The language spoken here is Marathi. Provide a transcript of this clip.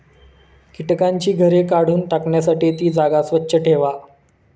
कीटकांची घरे काढून टाकण्यासाठी ती जागा स्वच्छ ठेवा